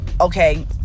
okay